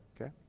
Okay